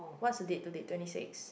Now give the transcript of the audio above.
what's the date today twenty six